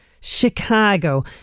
Chicago